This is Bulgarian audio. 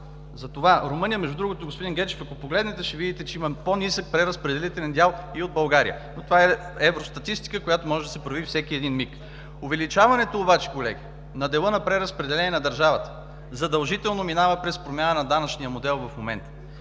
Гечев.) Румъния между другото, господин Дичев, ако погледнете, ще видите, че има по-нисък преразпределителен дял и от България. Но това е евростатистика, която във всеки един миг може да се провери. Увеличаването обаче, колеги, на дела на преразпределение на държавата задължително минава през промяна на данъчния модел в момента.